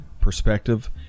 perspective